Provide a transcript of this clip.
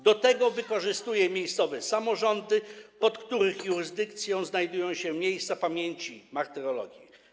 Do tego wykorzystuje miejscowe samorządy, pod których jurysdykcją znajdują się miejsca pamięci martyrologii.